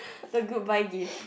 the goodbye gift